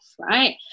Right